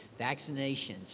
Vaccinations